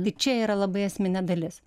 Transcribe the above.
tai čia yra labai esminė dalis